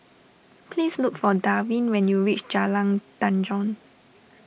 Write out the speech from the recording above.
please look for Darwin when you reach Jalan Tanjong